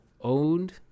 owned